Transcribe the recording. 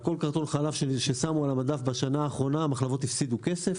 על כל קרטון חלב ששמו על המדף בשנה האחרונה המחלבות הפסידו כסף,